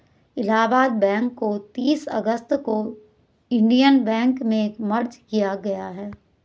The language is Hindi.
इलाहाबाद बैंक को तीस अगस्त को इन्डियन बैंक में मर्ज किया गया है